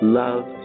love